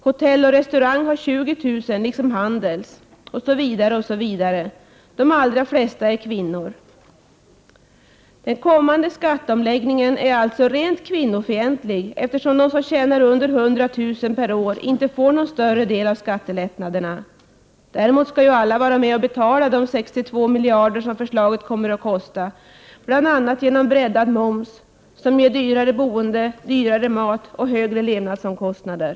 Hotelloch restaurang har ca 20 000 liksom Handels, osv., osv. De allra flesta är kvinnor. Den kommande skatteomläggningen är rent kvinnofientlig, eftersom de som tjänar under 100 000 per år inte får någon större del av skattelättnaderna. Däremot skall ju alla vara med och betala de 62 miljarder som förslaget kommer att kosta, bl.a. genom breddad moms, som ger dyrare boende, dyrare mat och högre levnadsomkostnader.